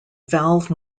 valve